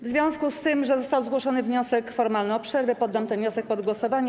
W związku z tym, że został zgłoszony wniosek formalny o przerwę, poddam ten wniosek pod głosowanie.